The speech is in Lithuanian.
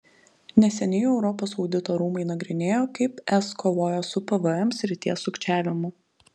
neseniai europos audito rūmai nagrinėjo kaip es kovoja su pvm srities sukčiavimu